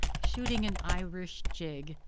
shooting an irish jig,